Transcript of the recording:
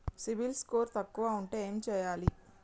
CIBIL score తక్కువ ఉంటే ఏం చేయాలి?